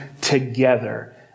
together